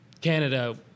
Canada